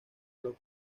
los